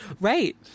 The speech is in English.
Right